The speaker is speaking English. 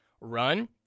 run